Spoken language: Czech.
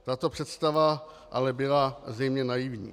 Tato představa ale byla zřejmě naivní.